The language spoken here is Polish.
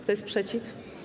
Kto jest przeciw?